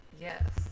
Yes